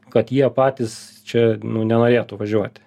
kad jie patys čia nu nenorėtų važiuoti